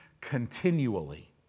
continually